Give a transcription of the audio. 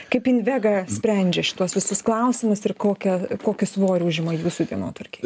kaip invega sprendžia šituos visus klausimus ir kokią kokį svorį užima jūsų dienotvarkėj